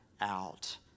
out